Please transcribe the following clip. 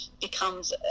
becomes